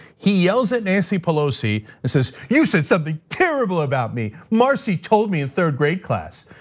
he yells at nancy pelosi and says, you said something terrible about me, marcy told me in third grade class.